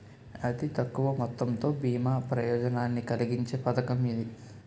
అతి తక్కువ మొత్తంతో బీమా ప్రయోజనాన్ని కలిగించే పథకం ఇది